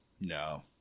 No